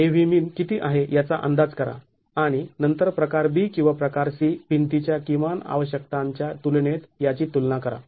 Avmin किती आहे याचा अंदाज करा आणि नंतर प्रकार B किंवा प्रकार C भिंती च्या किमान आवश्यकतांच्या तुलनेत याची तुलना करा